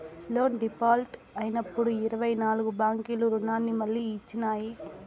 loan default అయినప్పుడు ఇరవై నాల్గు బ్యాంకులు రుణాన్ని మళ్లీ ఇచ్చినాయి